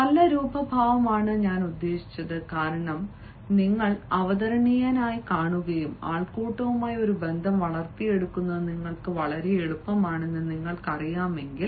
നല്ല രൂപഭാവമാണ് ഞാൻ ഉദ്ദേശിച്ചത് കാരണം നിങ്ങൾ അവതരണീയനായി കാണുകയും ആൾക്കൂട്ടവുമായി ഒരു ബന്ധം വളർത്തിയെടുക്കുന്നത് നിങ്ങൾക്ക് വളരെ എളുപ്പമാണെന്ന് നിങ്ങൾക്കറിയാമെങ്കിൽ